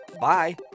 Bye